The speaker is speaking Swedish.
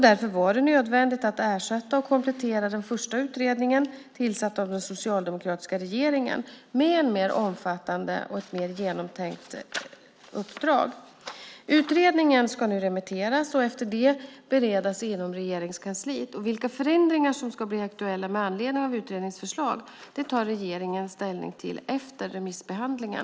Därför var det nödvändigt att ersätta och komplettera den första utredningen, tillsatt av den socialdemokratiska regeringen, med ett mer omfattande och genomtänkt uppdrag. Utredningen ska nu remitteras och därefter beredas inom Regeringskansliet. Vilka förändringar som kan bli aktuella med anledning av utredningens förslag tar regeringen ställning till efter remissbehandlingen.